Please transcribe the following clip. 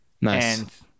Nice